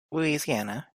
louisiana